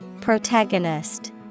Protagonist